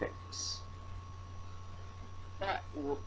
tax